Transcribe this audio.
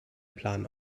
plan